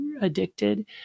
addicted